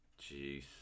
Jeez